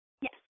Yes